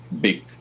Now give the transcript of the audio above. big